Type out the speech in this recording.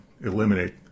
eliminate